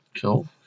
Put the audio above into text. Cool